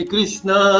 Krishna